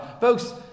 folks